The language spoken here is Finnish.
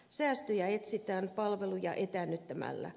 säästöjä etsitään palveluja etäännyttämällä